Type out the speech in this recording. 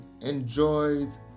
enjoys